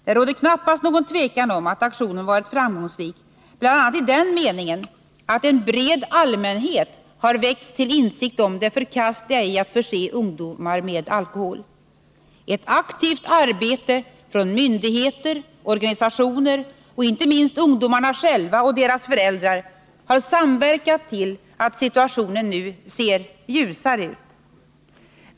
Det råder knappast någon tvekan om att aktionen varit framgångsrik, bl.a. i den meningen att en bred allmänhet har väckts till insikt om det förkastliga i att förse ungdomar med alkohol. Ett aktivt arbete från myndigheter, organisationer och inte minst ungdomarna själva och deras föräldrar har samverkat till att situationen nu ser ljusare ut.